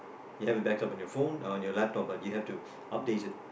you have a back up on your phone or your laptop but you have to update it